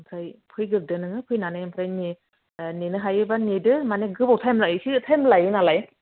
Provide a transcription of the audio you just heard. ओमफ्राय फैग्रोदो नोङो फैनानै ओमफ्राय माने नेनो हायोब्ला नेदो माने गोबाव टाइम लायो एसे टाइम लायो नालाय